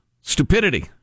Stupidity